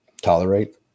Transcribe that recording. tolerate